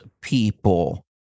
people